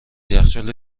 یخچال